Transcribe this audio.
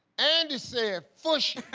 andy said fushy.